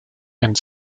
and